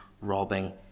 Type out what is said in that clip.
robbing